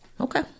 Okay